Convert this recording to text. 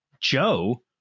Joe